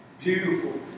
beautiful